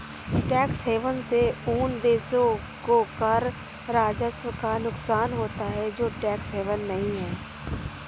tax haven से उन देशों को कर राजस्व का नुकसान होता है जो टैक्स हेवन नहीं हैं